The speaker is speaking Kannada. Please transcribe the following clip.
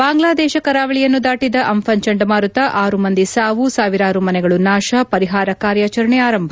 ಬಾಂಗ್ಲಾದೇಶ ಕರಾವಳಿಯನ್ನು ದಾಟದ ಅಂಫನ್ ಚಂಡಮಾರುತ ಆರು ಮಂದಿ ಸಾವು ಸಾವಿರಾರು ಮನೆಗಳು ನಾಶ ಪರಿಹಾರ ಕಾರ್ಯಾಚರಣೆ ಆರಂಭ